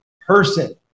person